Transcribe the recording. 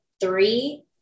three